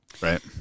Right